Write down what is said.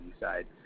side